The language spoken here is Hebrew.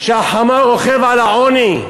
שהחמור רוכב על העוני,